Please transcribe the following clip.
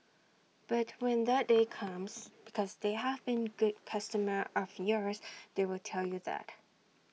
but when that day comes because they have been good customer of yours they will tell you that